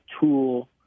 tool